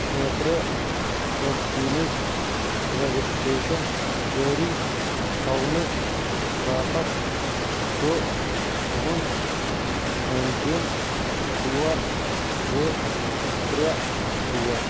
خٲطرٕ ویٚکسیٖنٕچ رَجیٚسٹرٛیشَن جأری تھاونہٕ باپَتھ چُھ تہنٛد ایٚم پِن ژور زٕ ترٚےٚ ژور